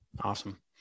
Awesome